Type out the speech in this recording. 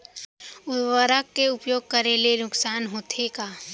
उर्वरक के उपयोग करे ले नुकसान होथे का?